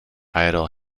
idle